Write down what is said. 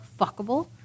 fuckable